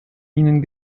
ihnen